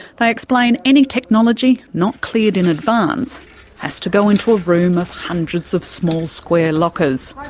they explain any technology not cleared in advance has to go into a room of hundreds of small square lockers.